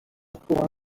for